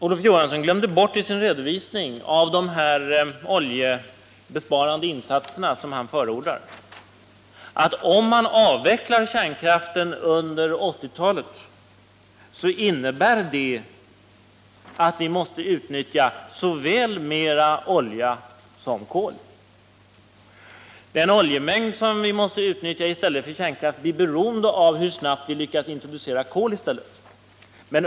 I sin redovisning av de oljebesparande insatserna, som Olof Johansson förordade, glömde han bort att säga att vi, om kärnkraften avvecklas under 1980-talet, måste utnyttja mer såväl olja som kol. Den oljemängd som vi måste utnyttja i stället för kärnkraften blir beroende av hur snabbt vi lyckas introducera kol i stället.